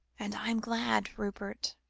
and i am glad, rupert.